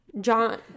john